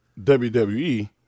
WWE